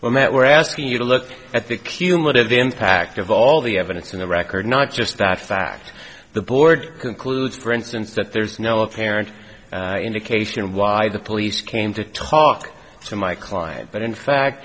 met we're asking you to look at the cumulative impact of all the evidence in the record not just that fact the board concludes for instance that there's no apparent indication of why the police came to talk to my client but in fact